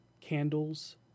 candles